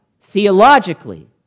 Theologically